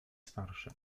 starsze